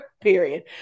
period